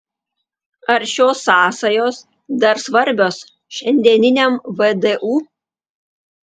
ar šios sąsajos dar svarbios šiandieniniam vdu